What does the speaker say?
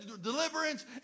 deliverance